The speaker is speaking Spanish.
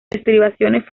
estribaciones